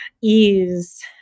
ease